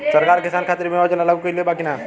सरकार किसान खातिर बीमा योजना लागू कईले बा की ना?